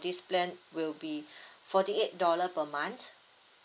this plan will be forty eight dollar per month